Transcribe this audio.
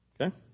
Okay